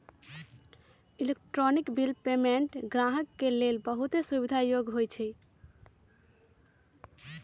electronic bill payment गाहक के लेल बहुते सुविधा जोग्य होइ छइ